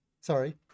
sorry